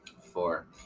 Four